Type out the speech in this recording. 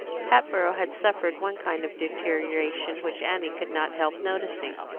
hatboro' had suffered one kind of deterioration which annie could not help noticing.